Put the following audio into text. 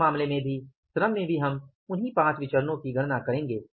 इस मामले में भी श्रम में भी हम उन्ही 5 विचरणो की गणना करेंगे